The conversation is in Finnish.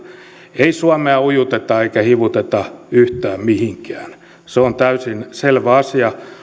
ei suomea ujuteta eikä hivuteta yhtään mihinkään se on täysin selvä asia